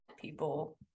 people